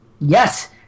Yes